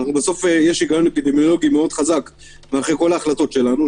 בסוף יש היגיון אפידמיולוגי מאוד חזק אחרי כל ההחלטות שלנו,